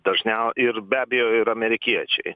dažniau ir be abejo ir amerikiečiai